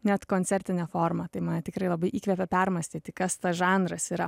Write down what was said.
net koncertinė forma tai man tikrai labai įkvėpė permąstyti kas tas žanras yra